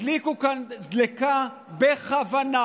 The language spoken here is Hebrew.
הדליקו כאן דלקה בכוונה,